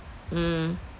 mm